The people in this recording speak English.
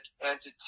entity